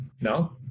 No